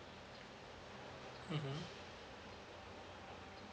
mmhmm